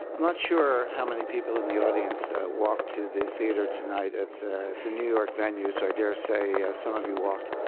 not sure how many people in the audience walked to the theater tonight. it's ah a new york venue, so i dare say ah some of you walked.